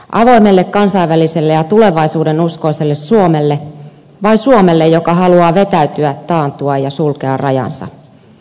avoimelle kansainväliselle ja tulevaisuudenuskoiselle suomelle vai suomelle joka haluaa vetäytyä taantua ja sulkea rajansa